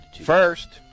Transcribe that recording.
First